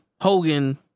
Hogan